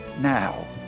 now